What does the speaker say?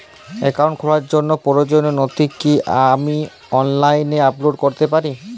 Account খোলার জন্য প্রয়োজনীয় নথি কি আমি অনলাইনে আপলোড করতে পারি?